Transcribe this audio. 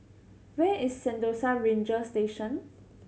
where is Sentosa Ranger Station